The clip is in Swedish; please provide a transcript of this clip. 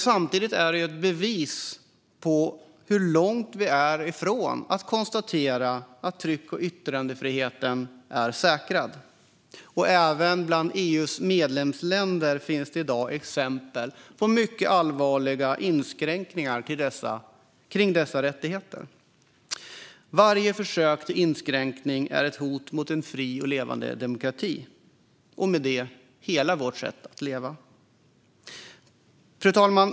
Samtidigt är det ett bevis på hur långt vi är från att kunna konstatera att tryck och yttrandefriheten är säkrad. Och även bland EU:s medlemsländer finns det i dag exempel på mycket allvarliga inskränkningar av dessa rättigheter. Varje försök till inskränkning är ett hot mot en fri och levande demokrati och med det mot hela vårt sätt att leva. Fru talman!